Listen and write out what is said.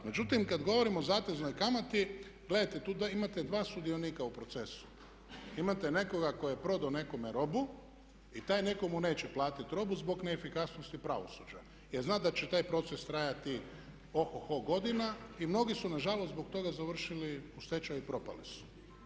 Međutim, kada govorimo o zateznoj kamati, gledajte, tu imate dva sudionika u procesu, imate nekoga tko je prodao nekome robu i taj netko mu neće platiti robu zbog neefikasnosti pravosuđa jer zna da će taj proces trajati ohoho godina i mnogi su nažalost zbog toga završili u stečaju i propali su.